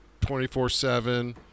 24/7